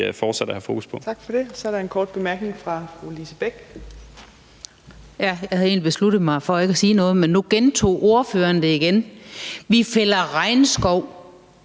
fortsat at have fokus på.